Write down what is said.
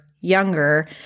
younger